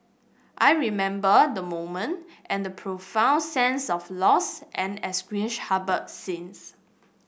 I remember the moment and the profound sense of loss and anguish harboured since